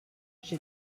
j’ai